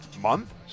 month